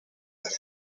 like